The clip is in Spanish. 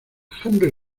henry